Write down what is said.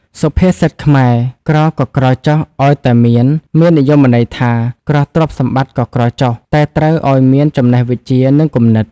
សុភាសិតខ្មែរ ក្រក៏ក្រចុះឲ្យតែមាន មាននិយមន័យថា ក្រទ្រព្យសម្បត្តិក៏ក្រចុះ តែត្រូវអោយមានចំណេះវិជ្ជា និងគំនិត ។